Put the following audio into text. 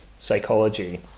psychology